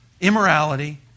Immorality